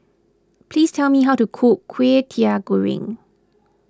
please tell me how to cook Kwetiau Goreng